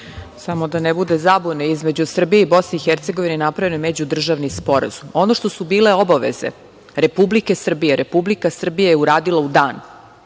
Samo da ne bude zabune između Srbije i BiH napravljen je međudržavni sporazum. Ono što su bile obaveze Republike Srbije, Republika Srbija je uradila u dan